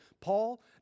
Paul